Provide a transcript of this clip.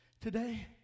today